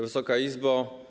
Wysoka Izbo!